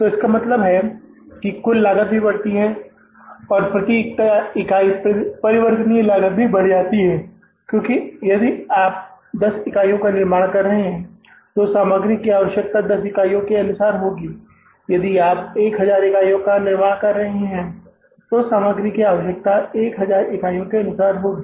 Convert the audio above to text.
तो इसका मतलब है कि कुल लागत भी बढ़ती है और प्रति इकाई परिवर्तनीय लागत भी बढ़ जाती है क्योंकि यदि आप 10 इकाइयों का निर्माण कर रहे हैं तो सामग्री की आवश्यकता 10 इकाइयों के अनुसार होगी यदि आप एक हजार इकाइयों का निर्माण कर रहे हैं तो सामग्री की आवश्यकता हजार इकाइयाँ के अनुसार होगी